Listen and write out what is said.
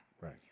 Right